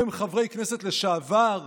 הם חברי כנסת לשעבר,